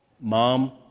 Mom